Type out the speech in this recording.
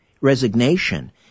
resignation